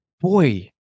boy